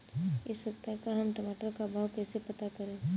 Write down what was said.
इस सप्ताह का हम टमाटर का भाव कैसे पता करें?